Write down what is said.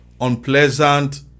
unpleasant